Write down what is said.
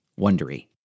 wondery